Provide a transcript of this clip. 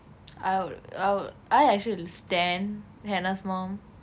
I'll I'll I actually stan hannah's mum